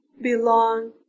belong